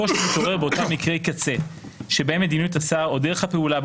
הקושי מתעורר באותם מקרי קצה שבהם מדיניות השר או דרך הפעולה בה